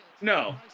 No